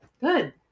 Good